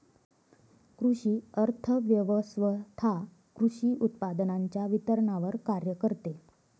कृषी अर्थव्यवस्वथा कृषी उत्पादनांच्या वितरणावर कार्य करते